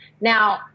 Now